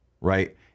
right